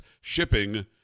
Shipping